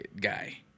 guy